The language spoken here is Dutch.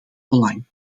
belang